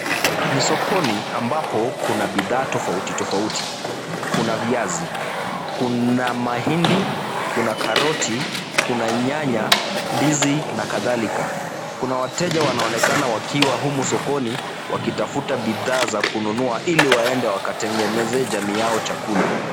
Ni sokoni ambapo kuna bidhaa tofauti tofauti. Kuna viazi, kuna mahindi, kuna karoti, kuna nyanya, ndizi na kadhalika. Kuna wateja wanaonekana wakiwa humu sokoni wakitafuta bidhaa za kununua ili waende wakatengenezee jamii yao chakula.